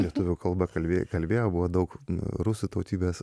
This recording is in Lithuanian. lietuvių kalba kalbė kalbėjo buvo daug rusų tautybės